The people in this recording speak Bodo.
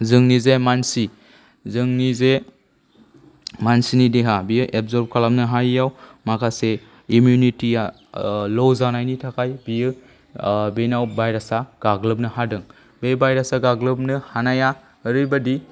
जोंनि जे मानसि जोंनि जे मानसिनि देहा बेयो एबजर्भ खालामनो हायैयाव माखासे इमिउनिटिआ ल' जानायनि थाखाय बियो बेनाव भायरासआ गाग्लोबनो हादों बे भायरासआ गाग्लोबनो हानाया ओरैबादि